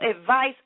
advice